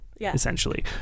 essentially